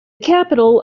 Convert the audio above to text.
capital